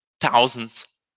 thousands